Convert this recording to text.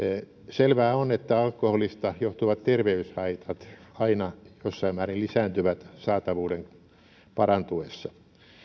selvää on että alkoholista johtuvat terveyshaitat aina jossain määrin lisääntyvät saatavuuden parantuessa